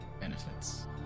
benefits